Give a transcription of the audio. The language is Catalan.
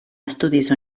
estudis